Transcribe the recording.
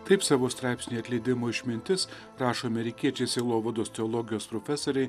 taip savo straipsnyje atleidimo išmintis rašo amerikiečiai sielovados teologijos profesoriai